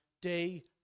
day